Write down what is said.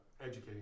educating